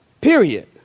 Period